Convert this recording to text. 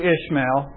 Ishmael